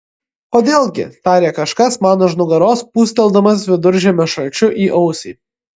kodėl gi tarė kažkas man už nugaros pūsteldamas viduržiemio šalčiu į ausį